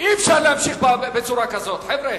אי-אפשר להמשיך בצורה כזאת, חבר'ה.